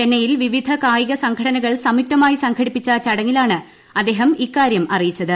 ചെന്നൈയിൽ വിവിധ കായിക സംഘടനകൾ സംയുക്തമായി സംഘടിപ്പിച്ച ചടങ്ങിലാണ് അദ്ദേഹം ഇക്കാര്യം അറിയിച്ചത്